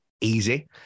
easy